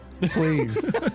please